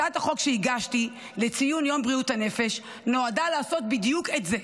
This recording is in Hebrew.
הצעת החוק שהגשתי לציון יום בריאות הנפש נועדה לעשות בדיוק את זה,